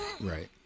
right